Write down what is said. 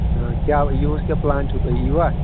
کیٛاہ یِہُس کیٛاہ پٕلان چھُو تُہۍ ییٖوا